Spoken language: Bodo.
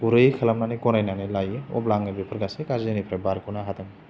गुरै खालामनानै गनायनानै लायो अब्ला आङो बेफोर गासै गाज्रिनिफ्राय बारग'नो हादों